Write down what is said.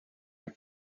your